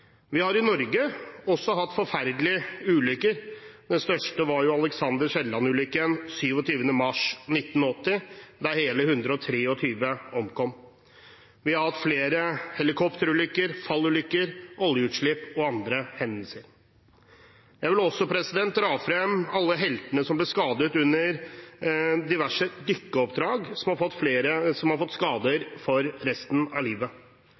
Vi har i Norge også hatt forferdelige ulykker, den største var Alexander L. Kielland-ulykken 27. mars 1980, der hele 123 mennesker omkom. Vi har hatt flere helikopterulykker, fallulykker, oljeutslipp og andre hendelser. Jeg vil også dra frem alle heltene som ble skadet under diverse dykkeoppdrag, og som har fått skader for resten av livet.